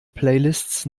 playlists